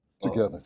Together